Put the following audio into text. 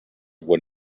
when